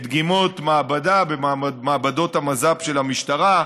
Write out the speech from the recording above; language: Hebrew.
דגימות במעבדות המז"פ של המשטרה,